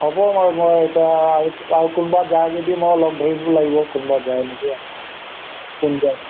হ'ব বাৰু মই এতিয়া আৰু কোনোবা যায় যদি মই লগ ধৰিব লাগিব কোনোবা যায় নেকি কোন যায়